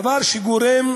דבר שגורם